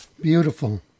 Beautiful